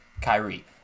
Kyrie